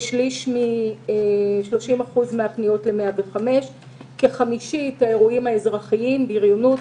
כחמישית מן הפניות הן אירועים אזרחיים בריונות,